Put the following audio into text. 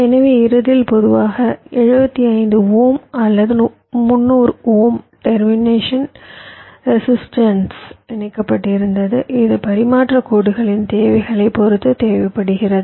எனவே இறுதியில் பொதுவாக 75 ஓம் அல்லது 300 ஓம் டெர்மினேஷன் ரெசிஸ்டன்ஸ் இணைக்கப்பட்டிருந்தது இது பரிமாற்ற கோடுகளின் தேவைகளைப் பொறுத்து தேவைப்படுகிறது